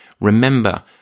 Remember